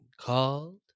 called